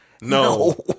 No